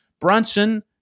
Brunson